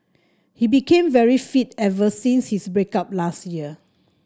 he became very fit ever since his break up last year